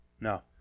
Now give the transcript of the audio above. No